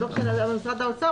הדוח של משרד האוצר,